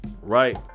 right